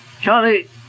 Charlie